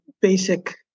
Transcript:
basic